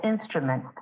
instrument